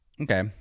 Okay